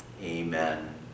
Amen